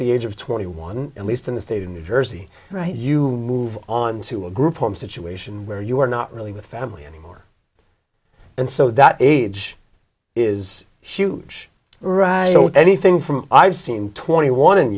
the age of twenty one at least in the state of new jersey right you move on to a group home situation where you're not really with family anymore and so that age is huge right so anything from i've seen twenty one and